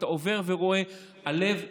אתה עובר ורואה, הלב נכמר.